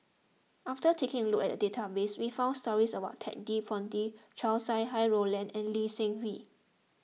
after taking a look at the database we found stories about Ted De Ponti Chow Sau Hai Roland and Lee Seng Wee